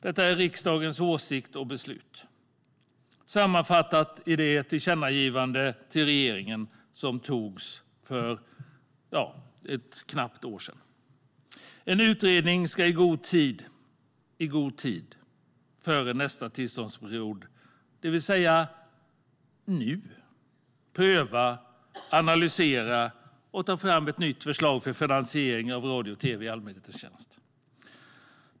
Detta är riksdagens åsikt och beslut sammanfattat i det tillkännagivande till regeringen som gjordes för knappt ett år sedan. - pröva, analysera och ta fram ett nytt förslag för finansiering av radio och tv i allmänhetens tjänst.